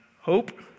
hope